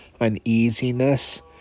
uneasiness